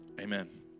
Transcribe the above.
amen